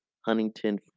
Huntington